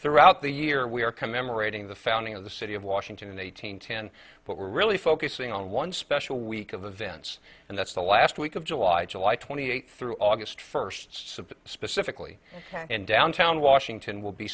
throughout the year we are commemorating the founding of the city of washington eight hundred ten but we're really focusing on one special week of the vents and that's the last week of july july twenty eighth through august first so specifically and downtown washington will be